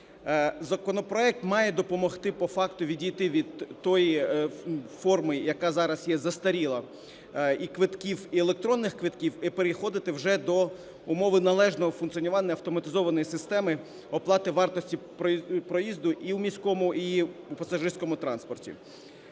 Законопроект має допомогти по факту відійти від тої форми, яка зараз є застаріла, і квитків, і електронних квитків, і переходити вже до умови належного функціонування автоматизованої системи оплати вартості проїзду і в міському, і в пасажирському транспорті.